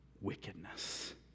wickedness